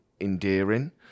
endearing